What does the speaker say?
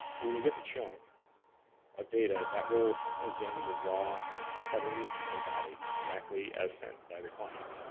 when you get the chunk of data that will contain the raw headers and body exactly as sent by the client,